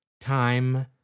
time